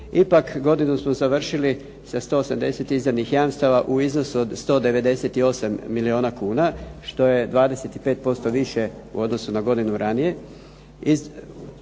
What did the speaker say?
Ipak godinu smo završili sa 180 izdanih jamstava u iznosu od 198 milijuna kuna što je 25% više u odnosu na godinu ranije.